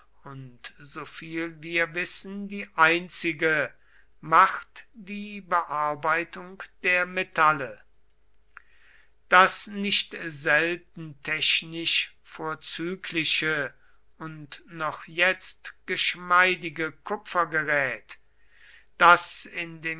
und soviel wir wissen die einzige macht die bearbeitung der metalle das nicht selten technisch vorzügliche und noch jetzt geschmeidige kupfergerät das in